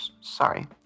sorry